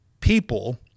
people